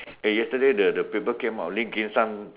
eh yesterday the the paper came out Lim-Kim-sang